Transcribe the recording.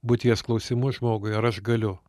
būties klausimų žmogui ar aš galiu